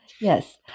Yes